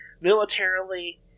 militarily